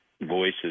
voices